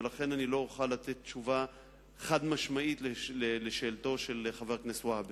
ולכן אני לא אוכל לתת תשובה חד-משמעית לשאלתו של חבר הכנסת והבה.